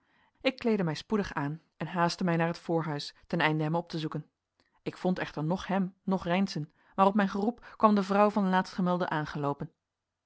ik kleedde mij spoedig aan en haastte mij naar het voorhuis ten einde hem op te zoeken ik vond echter noch hem noch reynszen maar op mijn geroep kwam de vrouw van laatstgemelde aangeloopen